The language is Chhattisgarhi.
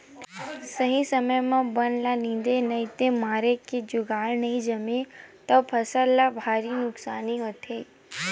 सही समे म बन ल निंदे के नइते मारे के जुगाड़ नइ जमाबे त फसल ल भारी नुकसानी होथे